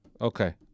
Okay